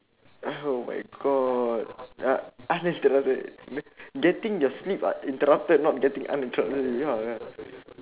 oh my god un~ uninterrupted getting your sleep uh interrupted not getting uninterrupted ya ya